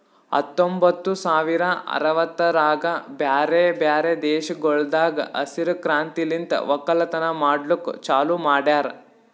ಹತ್ತೊಂಬತ್ತು ಸಾವಿರ ಅರವತ್ತರಾಗ್ ಬ್ಯಾರೆ ಬ್ಯಾರೆ ದೇಶಗೊಳ್ದಾಗ್ ಹಸಿರು ಕ್ರಾಂತಿಲಿಂತ್ ಒಕ್ಕಲತನ ಮಾಡ್ಲುಕ್ ಚಾಲೂ ಮಾಡ್ಯಾರ್